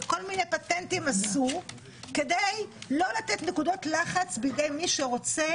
ועשו כל מיני פטנטים כדי לא לתת נקודות לחץ בידי מי שרוצה